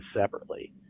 separately